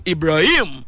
Ibrahim